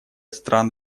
стран